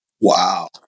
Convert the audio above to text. Wow